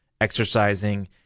exercising